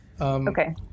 Okay